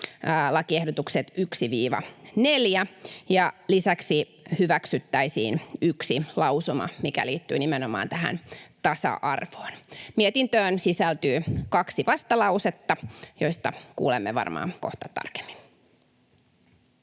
lakiehdotukset 1.—4. ja lisäksi hyväksyttäisiin yksi lausuma, mikä liittyy nimenomaan tähän tasa-arvoon. Mietintöön sisältyy kaksi vastalausetta, joista kuulemme varmaan kohta tarkemmin.